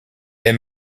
est